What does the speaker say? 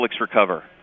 recover